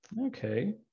Okay